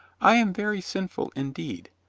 i am very sinful indeed.